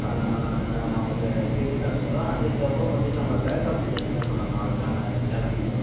நான் அவங்க கேட்டுகிட்டு நான் சொல்கிறேன் அதுக்கப்புறம் பார்த்தீன்னு நம்ம பேக் ஆஃபீஸ் இருக்குதுல்லம்மா நம்ம கா கேபின்